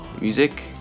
music